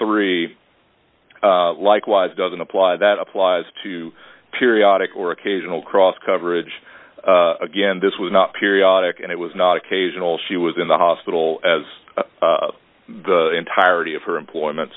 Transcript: three likewise doesn't apply that applies to periodic or occasional cross coverage again this was not periodic and it was not occasional she was in the hospital as the entirety of her employment